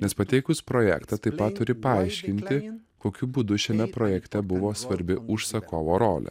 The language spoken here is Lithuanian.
nes pateikus projektą taip pat turi paaiškinti kokiu būdu šiame projekte buvo svarbi užsakovo rolė